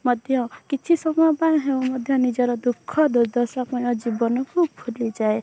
ମଧ୍ୟ କିଛି ସମୟ ପାଇଁ ହେଉ ମଧ୍ୟ ନିଜର ଦୁଃଖ ଦୁର୍ଦ୍ଧଶାମୟ ଜୀବନକୁ ଭୁଲିଯାଏ